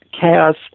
chaos